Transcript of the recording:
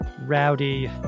Rowdy